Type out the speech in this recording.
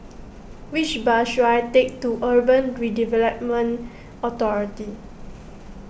which bus should I take to Urban Redevelopment Authority